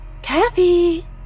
Kathy